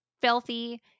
filthy